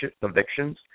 convictions